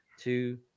Two